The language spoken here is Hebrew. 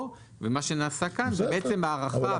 או, זה מה שנעשה כאן, זה בעצם הארכה.